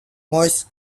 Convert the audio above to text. moist